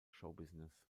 showbusiness